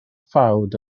ffawd